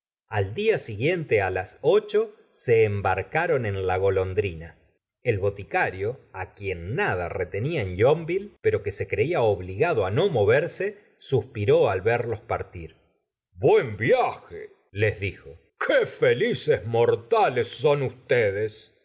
al día siguiente á la ocho se embarcaron en la golondri na el boticario á quien nada retenía en yonville pero que se creía obligado á no moverse suspiró al verlos partir buen viaje les dijo qué felices mortales son ustedes